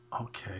Okay